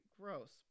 Gross